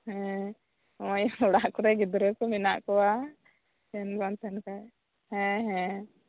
ᱦᱮᱸ ᱱᱚᱜ ᱚᱭ ᱚᱲᱟᱜ ᱠᱚᱨᱮ ᱜᱤᱫᱽᱨᱟᱹ ᱠᱚ ᱢᱮᱱᱟᱜ ᱠᱚᱣᱟ ᱯᱷᱮᱱ ᱵᱟᱝ ᱛᱟᱦᱮᱸᱱ ᱠᱷᱟᱡ ᱦᱮ ᱸ ᱦᱮᱸ